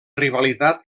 rivalitat